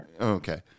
Okay